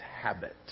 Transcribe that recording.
habit